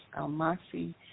Almasi